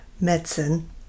medicine